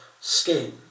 skin